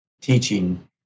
teaching